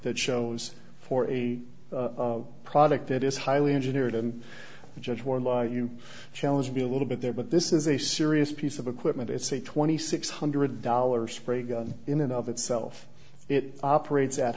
that shows for a product that is highly engineered and judge warned by you challenged me a little bit there but this is a serious piece of equipment it's a twenty six hundred dollars spray gun in and of itself it operates at